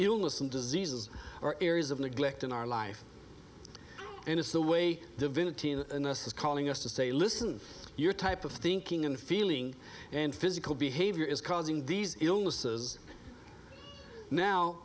illness and diseases or areas of neglect in our life and it's the way divinity is calling us to say listen your type of thinking and feeling and physical behavior is causing these illnesses now